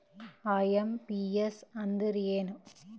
IMPS ಅಂದ್ರ ಏನು?